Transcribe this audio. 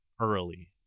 early